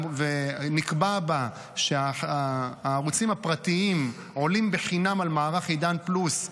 ונקבע בה שהערוצים הפרטיים עולים בחינם על מערך עידן פלוס,